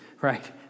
right